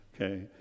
Okay